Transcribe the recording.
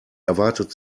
erwartet